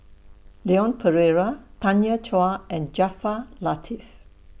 Leon Perera Tanya Chua and Jaafar Latiff